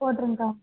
போட்ருங்கக்கா